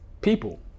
people